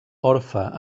orfe